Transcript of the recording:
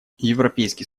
европейский